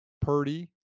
Purdy